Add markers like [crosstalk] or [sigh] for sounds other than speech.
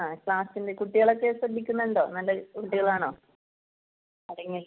ആ ക്ലാസ്സിൽ കുട്ടികളൊക്കെ ശ്രദ്ധിക്കുന്നുണ്ടോ നല്ല കുട്ടികളാണോ [unintelligible]